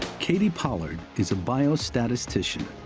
katie pollard is a biostatistician.